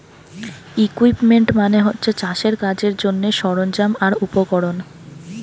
equipment মানে হচ্ছে চাষের কাজের জন্যে সরঞ্জাম আর উপকরণ